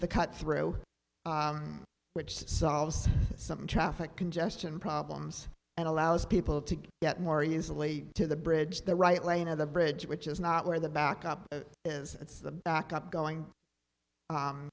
the cut through which solves some traffic congestion problems and allows people to get more easily to the bridge the right lane of the bridge which is not where the back up is it's the back up going